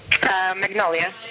Magnolia